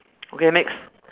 okay next